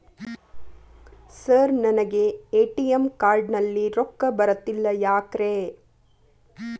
Sir ನನಗೆ ATM card ನಲ್ಲಿ ರೊಕ್ಕ ಬರತಿಲ್ಲ ಯಾಕ್ರೇ?